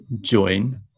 join